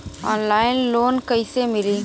Online loan कइसे मिली?